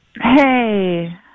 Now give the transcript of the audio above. Hey